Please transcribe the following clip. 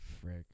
Frick